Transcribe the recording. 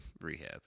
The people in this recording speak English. rehab